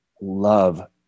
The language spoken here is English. love